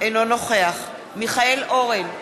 אינו נוכח מיכאל אורן,